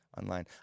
online